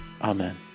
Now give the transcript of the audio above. Amen